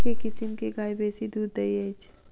केँ किसिम केँ गाय बेसी दुध दइ अछि?